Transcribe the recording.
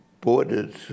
borders